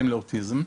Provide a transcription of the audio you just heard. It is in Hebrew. לאוטיזם.